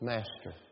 Master